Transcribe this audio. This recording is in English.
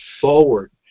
forward